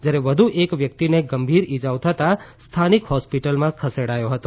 જ્યારે વધુ એક વ્યક્તિને ગંભીર ઈજાઓ થતા સ્થાનિક હોસ્પિટલમાં ખસેડાથી હતો